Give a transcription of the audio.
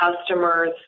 customers